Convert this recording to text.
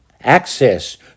access